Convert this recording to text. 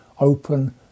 open